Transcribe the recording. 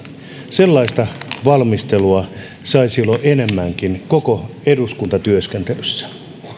sellaista valmistelua saisi olla enemmänkin koko eduskuntatyöskentelyssä